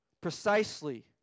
precisely